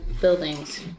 buildings